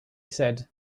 said